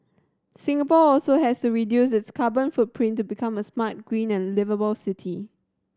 Singapore also has to reduce its carbon footprint to become a smart green and liveable city